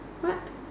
what